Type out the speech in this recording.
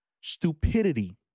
Stupidity